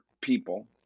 people